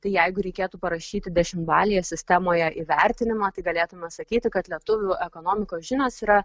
tai jeigu reikėtų parašyti dešimtbalėje sistemoje įvertinimą tai galėtume sakyti kad lietuvių ekonomikos žinios yra